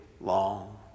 long